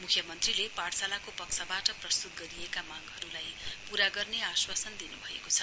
मुख्यमन्त्रीले पाठशालाको पक्षबाट प्रस्तुत गरिएको मांगहरूलाई पूरा गर्ने आश्वासन दिनुभएको छ